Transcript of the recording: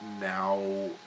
Now